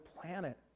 planet